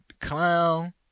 clown –